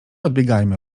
odbiegajmy